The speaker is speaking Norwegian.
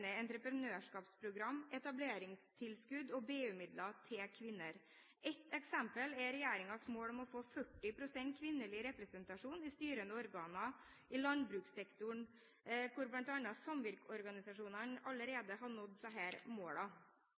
entreprenørskapsprogram, etableringstilskudd og BU-midler til kvinner. Ett eksempel er regjeringens mål om å få 40 pst. kvinnelig representasjon i styrende organer i landbrukssektoren, og bl.a. samvirkeorganisasjonene har allerede nådd